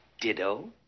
Ditto